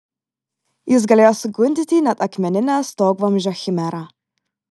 jis galėjo sugundyti net akmeninę stogvamzdžio chimerą